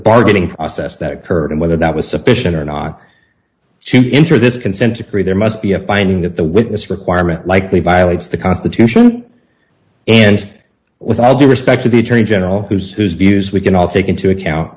bargaining process that occurred and whether that was sufficient or not to introduce a consent decree there must be a finding that the witness requirement likely violates the constitution and without due respect to be attorney general who's whose views we can all take into account